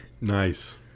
nice